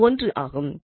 அது 1 ஆகும்